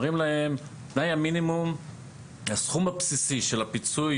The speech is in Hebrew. אומרים להם שתנאי המינימום הסכום הבסיסי של הפיצוי